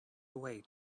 away